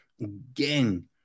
again